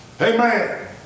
Amen